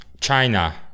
China